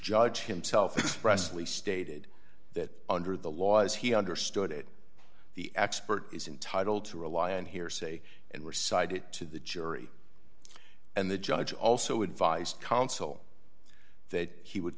judge himself presley stated that under the law as he understood it the expert is entitle to rely on hearsay and recite it to the jury and the judge also advised counsel that he would